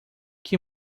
que